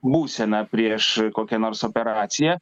būsena prieš kokią nors operaciją